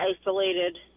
isolated